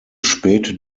späte